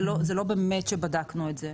זה לא באמת שבדקנו את זה.